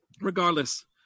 Regardless